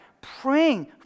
praying